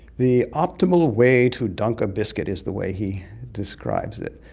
the optimal way to dunk a biscuit, is the way he describes it.